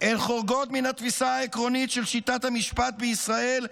הן חורגות מן 'התפיסה העקרונית של שיטת המשפט בישראל,